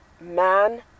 man